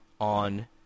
on